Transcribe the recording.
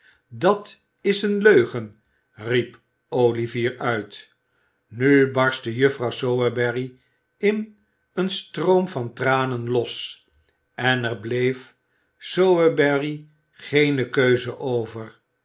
dat is eene leugen riep olivier uit nu barstte juffrouw sowerberry in een stroom van tranen los en er bleef sowerberry geene keuze over